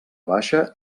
baixa